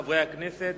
חברי הכנסת,